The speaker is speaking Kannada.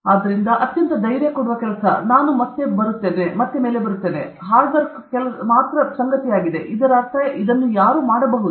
ಆದ್ದರಿಂದ ಅತ್ಯಂತ ಧೈರ್ಯಕೊಡುವ ನಾನು ಮತ್ತೆ ಬರುತ್ತೇನೆ ಹಾರ್ಡ್ ಕೆಲಸ ಮಾತ್ರ ಸಂಗತಿಯಾಗಿದೆ ಇದರರ್ಥ ಯಾರೂ ಇದನ್ನು ಮಾಡಬಹುದು